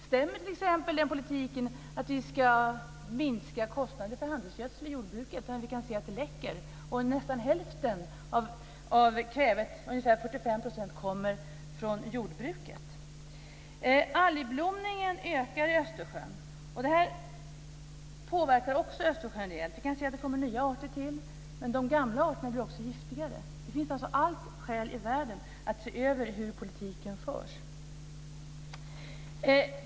Stämmer t.ex. politiken att vi ska minska kostnaderna för handelsgödsel i jordbruket när vi kan se att det läcker och att nästan hälften av kvävet, ungefär 45 %, kommer från jordbruket? Algblomningen ökar i Östersjön. Det påverkar också Östersjön rejält. Det finns alltså alla skäl i världen att se över hur politiken förs.